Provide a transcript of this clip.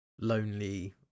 lonely